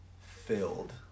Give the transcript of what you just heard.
filled